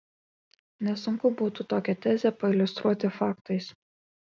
nesunku būtų tokią tezę pailiustruoti faktais